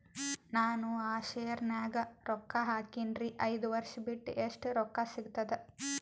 ನಾನು ಆ ಶೇರ ನ್ಯಾಗ ರೊಕ್ಕ ಹಾಕಿನ್ರಿ, ಐದ ವರ್ಷ ಬಿಟ್ಟು ಎಷ್ಟ ರೊಕ್ಕ ಸಿಗ್ತದ?